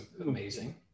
amazing